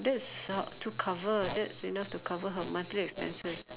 there's sub to cover there's enough to cover her monthly expenses